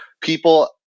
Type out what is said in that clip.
people